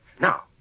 Now